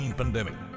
pandemic